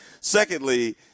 Secondly –